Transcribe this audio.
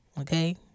okay